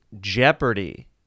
Jeopardy